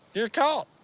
you're caught.